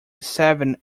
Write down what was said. seven